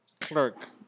clerk